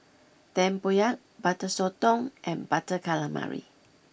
Tempoyak Butter Sotong and Butter Calamari